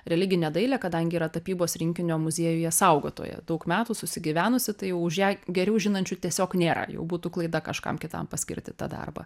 religinę dailę kadangi yra tapybos rinkinio muziejuje saugotoja daug metų susigyvenusi tai už ją geriau žinančių tiesiog nėra jau būtų klaida kažkam kitam paskirti tą darbą